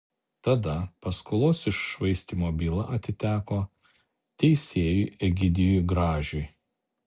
tada paskolos iššvaistymo byla atiteko teisėjui egidijui gražiui